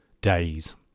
days